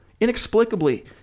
inexplicably